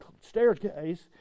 staircase